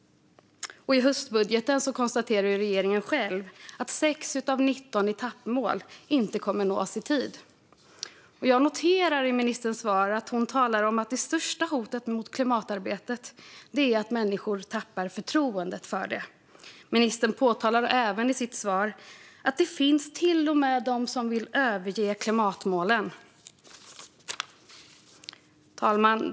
I höstbudgeten konstaterade också regeringen själv att 6 av 19 etappmål inte kommer att nås i tid. Jag noterar att ministern i sitt svar talade om att det största hotet mot klimatarbetet är att människor tappar förtroendet för det. Ministern tog även upp i sitt svar att det till och med finns de som vill överge klimatmålen.